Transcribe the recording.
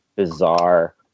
Bizarre